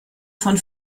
von